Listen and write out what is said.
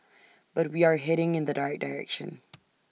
but we are heading in the right direction